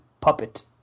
puppet